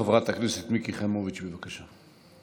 חברת הכנסת מיקי חיימוביץ', בבקשה.